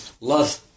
love